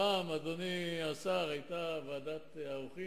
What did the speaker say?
פעם, אדוני השר, התכנסה ועדת העורכים,